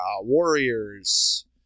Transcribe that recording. Warriors